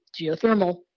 geothermal